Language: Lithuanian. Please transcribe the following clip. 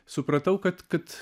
supratau kad kad